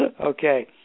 Okay